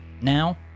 now